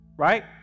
Right